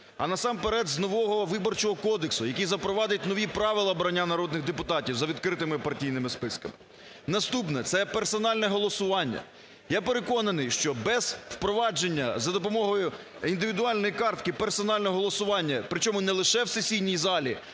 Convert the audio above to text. а насамперед з нового Виборчого кодексу, який запровадить нові правила обрання народних депутатів за відкритими партійними списками. Наступне – це персональне голосування. Я переконаний, що без впровадження за допомогою індивідуальної карти персонального голосування, при чому не лише в сесійній залі,